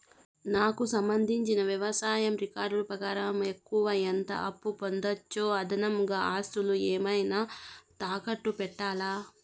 నాకు సంబంధించిన వ్యవసాయ రికార్డులు ప్రకారం ఎక్కువగా ఎంత అప్పు పొందొచ్చు, అదనంగా ఆస్తులు ఏమన్నా తాకట్టు పెట్టాలా?